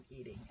eating